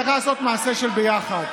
צריך לעשות מעשה של ביחד.